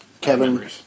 Kevin